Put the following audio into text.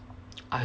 I